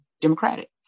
Democratic